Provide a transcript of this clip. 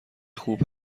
خوب